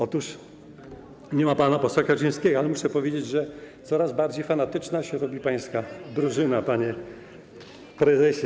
Otóż nie ma pana posła Kaczyńskiego, ale muszę powiedzieć, że coraz bardziej fanatyczna się robi pańska drużyna, panie prezesie.